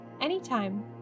Anytime